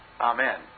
Amen